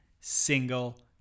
single